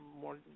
more